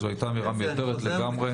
זו הייתה אמירה מיותרת לגמרי,